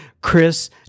Chris